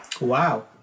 Wow